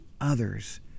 others